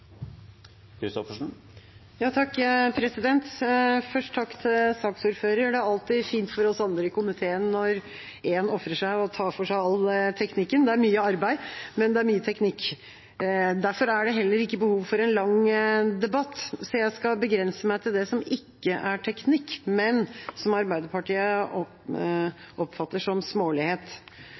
alltid fint for oss andre i komiteen når én ofrer seg og tar for seg all teknikken. Det er mye arbeid, men det er mye teknikk. Derfor er det heller ikke behov for en lang debatt, så jeg skal begrense meg til det som ikke er teknikk, men som Arbeiderpartiet oppfatter som smålighet.